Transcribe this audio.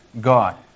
God